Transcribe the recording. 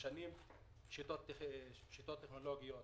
משנים שיטות טכנולוגיות